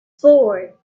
forward